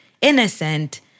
innocent